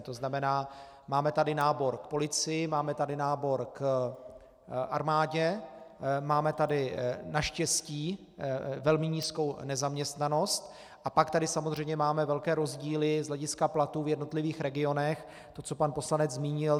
To znamená, máme tady nábor k policii, máme tady nábor k armádě, máme tady naštěstí velmi nízkou nezaměstnanost a pak tady samozřejmě máme velké rozdíly z hlediska platů v jednotlivých regionech, to, co pan poslanec zmínil.